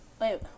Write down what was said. Wait